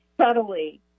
Subtly